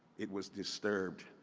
it was disturbed.